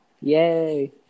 Yay